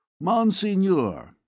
Monseigneur